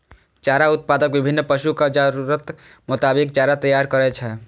चारा उत्पादक विभिन्न पशुक जरूरतक मोताबिक चारा तैयार करै छै